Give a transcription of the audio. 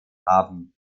haben